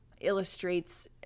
illustrates